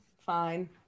fine